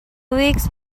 whigs